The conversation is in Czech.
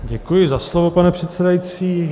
Děkuji za slovo, pane předsedající.